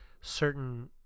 certain